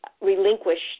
relinquished